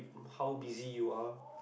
how busy you are